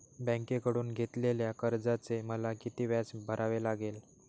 बँकेकडून घेतलेल्या कर्जाचे मला किती व्याज भरावे लागेल?